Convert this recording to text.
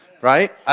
Right